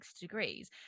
degrees